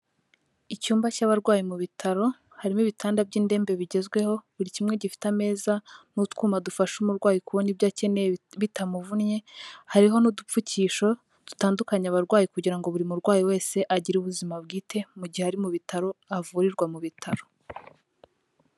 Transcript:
Icyumba cy'abarwayi mu bitaro, harimo ibitanda by'indembe bigezweho buri kimwe gifite ameza n'utwuma dufasha umurwayi kubona ibyo akeneye bitamuvunnye, hariho n'udupfukisho dutandukanya abarwayi kugira ngo buri murwayi wese agire ubuzima bwite mu gihe ari mu bitaro, avurirwa mu bitaro.